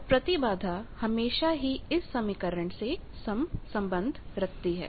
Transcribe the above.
और प्रतिबाधा हमेशा ही इस समीकरण से संबंध रखती है